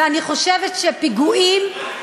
ואני חושבת שפיגועים הם,